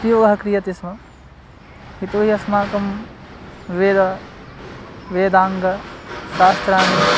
उपयोगः क्रियते स्म यतोऽहि अस्माकं वेदः वेदाङ्गं शास्त्राङ्गं